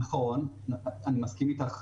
נכון, אני מסכים איתך לחלוטין,